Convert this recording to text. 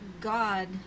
God